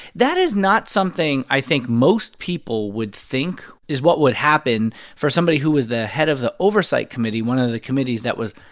that is not something i think most people would think is what would happen for somebody who is the head of the oversight committee, one of the committees that was,